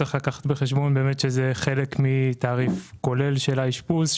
צריך לקחת בחשבון שזה חלק מתעריף כולל של האשפוז,